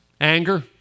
Anger